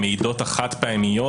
"המעידות החד-פעמיות",